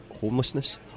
homelessness